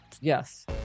Yes